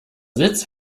sitz